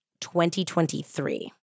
2023